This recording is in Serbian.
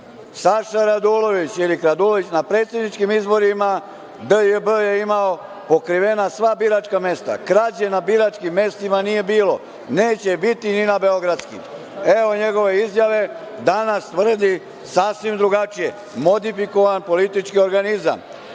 Saša Radulović ili kradulović na predsedničkim izborima DJB je imao pokrivena sva biračka mesta. Krađe na biračkim mestima nije bilo. Neće biti ni na beogradskim. Evo njegove izjave. Danas tvrdi sasvim drugačije modifikovan politički organizam. Dalje,